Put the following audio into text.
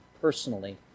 personally